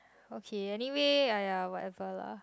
okay anyway aye whatever lah